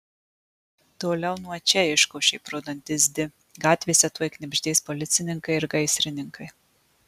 toliau nuo čia iškošė pro dantis di gatvėse tuoj knibždės policininkai ir gaisrininkai